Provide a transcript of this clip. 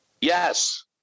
Yes